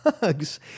bugs